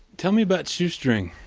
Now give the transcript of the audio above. tell me about shoestring.